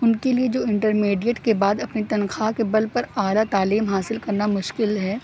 ان کے لیے جو انٹرمیڈیٹ کے بعد اپنی تنخواہ کے بل پر اعلیٰ تعلیم حاصل کرنا مشکل ہے